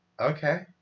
Okay